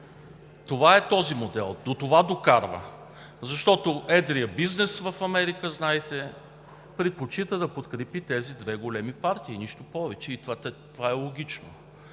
Това е този модел. До това докарва. Защото едрият бизнес в Америка, знаете, предпочита да подкрепи тези две големи партии. Нищо повече! И това е логично.